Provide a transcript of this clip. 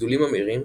גידולים ממאירים